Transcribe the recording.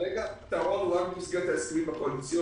כרגע הפתרון הוא רק במסגרת ההסכמים הקואליציוניים.